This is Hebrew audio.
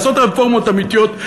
לעשות רפורמות אמיתיות.